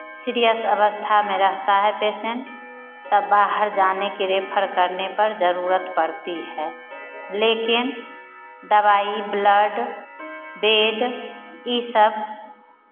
serious अवस्था में रहता है पेसेन्ट तब बाहर जाने के रेफर करने पर जरूरत पड़ती है लेकिन दवाई ब्लड बेड ये सब